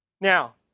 Now